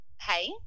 Hey